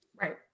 Right